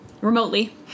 Remotely